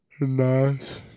Nice